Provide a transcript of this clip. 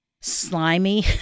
slimy